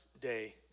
day